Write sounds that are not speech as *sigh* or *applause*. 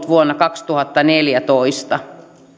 *unintelligible* vuonna kaksituhattaneljätoista